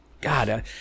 god